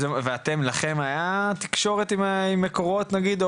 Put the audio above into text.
אתם, לכם, היה תקשורת עם מקורות, נניח?